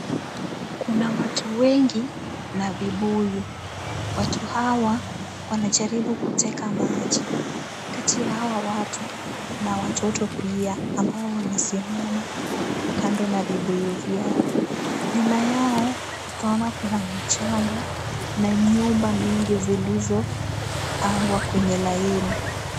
Kuna watu wengi na vibuyu. Watu hawa wanajaribu kuteka maji. Kati ya hawa watu kuna watoto pia ambao wamesimama kando na vibuyu vyao. Nyuma yao utaona kuna mchanga na nyumba mingi zilizopangwa kwenye laini.